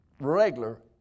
regular